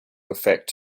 affect